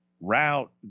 route